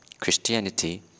Christianity